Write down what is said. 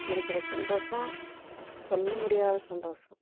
இருக்கிற சந்தோஷம் சொல்ல முடியாத சந்தோஷம்